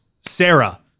Sarah